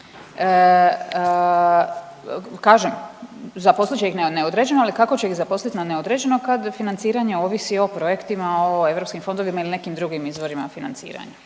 Kažem zaposlit će ih na neodređeno, ali kako će ih zaposliti na neodređeno kad financiranje ovisi o projektima, o europskim fondovima ili nekim drugim izvorima financiranja.